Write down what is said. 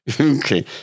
Okay